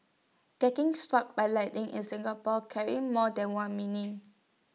getting struck by lightning in Singapore carries more than one meaning